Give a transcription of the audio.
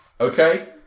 Okay